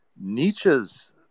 Nietzsche's